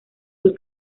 dos